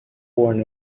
born